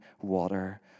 water